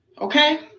okay